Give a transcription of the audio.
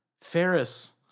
Ferris